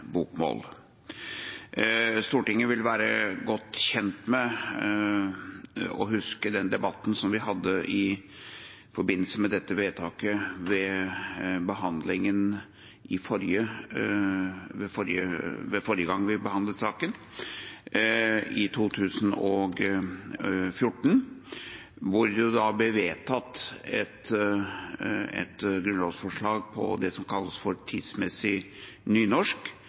bokmål. Stortinget vil være godt kjent med og huske den debatten vi hadde i forbindelse med den forrige behandlingen av saken i 2014, hvor det ble vedtatt et grunnlovsforslag om det som kalles for «tidsmessig nynorsk»,